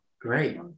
great